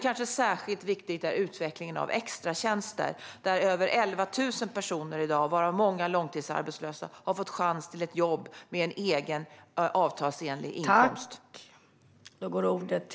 Kanske särskilt viktig är utvecklingen av extratjänster där över 11 000 personer i dag, varav många långtidsarbetslösa, har fått chans till ett jobb med en egen, avtalsenlig inkomst.